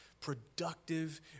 productive